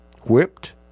whipped